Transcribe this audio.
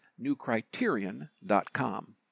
newcriterion.com